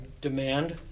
demand